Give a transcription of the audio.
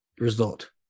Result